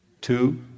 Two